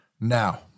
Now